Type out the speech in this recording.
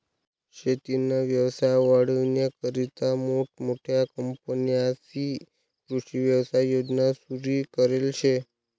शेतीना व्यवसाय वाढावानीकरता मोठमोठ्या कंपन्यांस्नी कृषी व्यवसाय योजना सुरु करेल शे